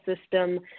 system